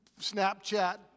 Snapchat